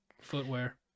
footwear